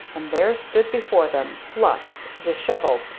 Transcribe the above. and there stood before them, flushed, dishevelled,